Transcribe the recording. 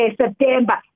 September